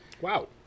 Wow